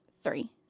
Three